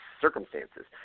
circumstances